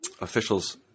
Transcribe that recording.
officials